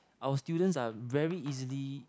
our students are very easily